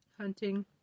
Hunting